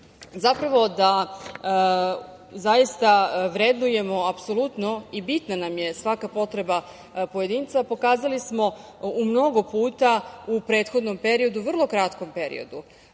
da zaista vrednujemo apsolutno i bitna nam je svaka potreba pojedinca pokazali smo mnogo puta u prethodnom periodu, vrlo kratkom periodu.